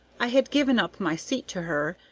i had given up my seat to her,